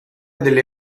delle